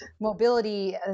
mobility